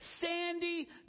sandy